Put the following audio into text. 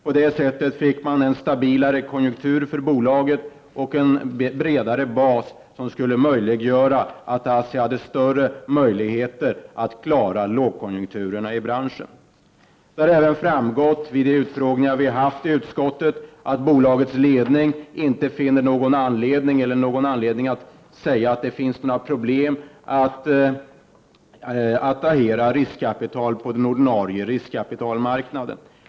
På det sättet fick man en stabilare konjunktur för bolaget och en bredare bas, som skulle möjliggöra att ASSI hade större möjligheter att klara lågkonjunkturerna i branschen. Det har även framgått vid de utfrågningar vi haft i utskottet att bolagets ledning inte finner någon anledning att säga att det finns några problem att attrahera riskkapital på den ordinarie riskkapitalmarknaden.